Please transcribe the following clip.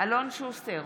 אלון שוסטר,